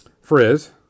Frizz